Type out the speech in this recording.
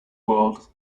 world